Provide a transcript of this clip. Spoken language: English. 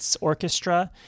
orchestra